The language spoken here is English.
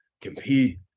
compete